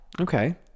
Okay